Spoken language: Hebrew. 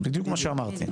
בדיוק מה שאמרתי.